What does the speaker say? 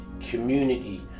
community